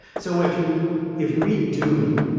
so if you if you read dune,